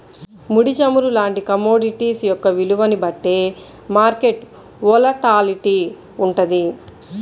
ముడి చమురు లాంటి కమోడిటీస్ యొక్క విలువని బట్టే మార్కెట్ వోలటాలిటీ వుంటది